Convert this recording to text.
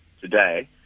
today